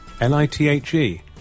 L-I-T-H-E